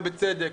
ובצדק,